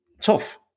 tough